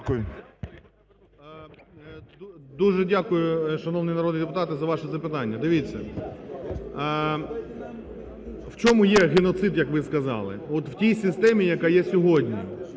Дуже дякую, шановні народні депутати, за ваше запитання. Дивіться. В чому є геноцид, як ви сказали? От в тій системі, яка є сьогодні.